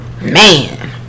Man